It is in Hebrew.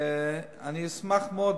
אני אשמח מאוד,